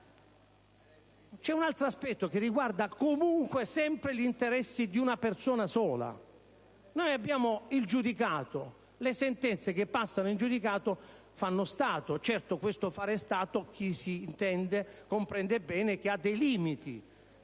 è un altro aspetto, che riguarda comunque e sempre gli interessi di una persona sola. Il giudicato, le sentenze che passano in giudicato fanno stato (certo, questo fare stato, chi se ne intende lo comprende bene, ha dei limiti).